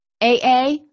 AA